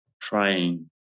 trying